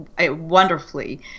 wonderfully